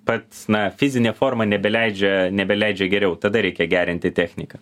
pats na fizinė forma nebeleidžia nebeleidžia geriau tada reikia gerinti techniką